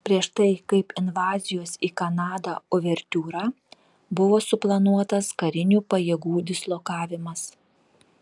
prieš tai kaip invazijos į kanadą uvertiūra buvo suplanuotas karinių pajėgų dislokavimas